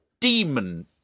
demon